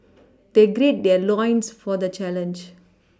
they gird their loins for the challenge